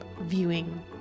viewing